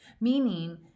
meaning